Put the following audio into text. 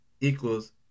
equals